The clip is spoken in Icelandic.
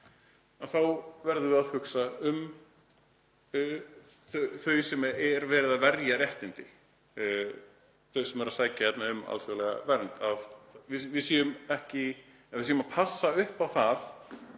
þá verðum við að hugsa um þau sem er verið að verja réttindi hjá, þau sem eru að sækja hérna um alþjóðlega vernd, að við séum að passa upp á það